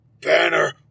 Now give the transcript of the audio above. Banner